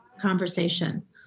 conversation